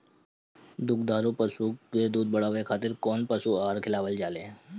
दुग्धारू पशु के दुध बढ़ावे खातिर कौन पशु आहार खिलावल जाले?